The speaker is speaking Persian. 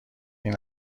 این